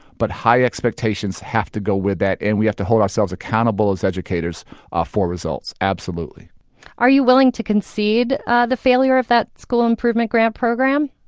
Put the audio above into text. but high expectations have to go with that, and we have to hold ourselves accountable as educators ah for results, absolutely are you willing to concede the failure of that school improvement grant program?